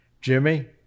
Jimmy